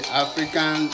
african